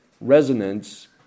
resonance